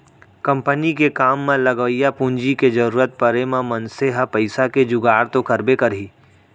company के काम म लगवइया पूंजी के जरूरत परे म मनसे ह पइसा के जुगाड़ तो करबे करही